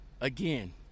again